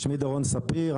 שמי דורון ספיר,